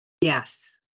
yes